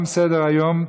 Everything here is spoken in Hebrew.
תם סדר-היום.